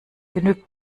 genügt